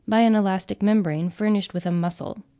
by an elastic membrane, furnished with a muscle.